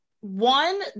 one